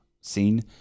scene